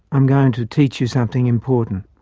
i am going to teach you something important.